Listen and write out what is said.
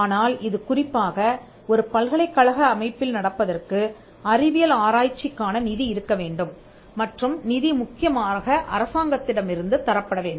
ஆனால் இது குறிப்பாக ஒரு பல்கலைக்கழக அமைப்பில் நடப்பதற்கு அறிவியல் ஆராய்ச்சிக்கான நிதி இருக்கவேண்டும் மற்றும் நிதி முக்கியமாக அரசாங்கத்திடமிருந்து தரப்பட வேண்டும்